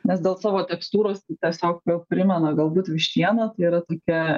nes dėl savo tekstūros tiesiog primena galbūt vištiena tai yra tokia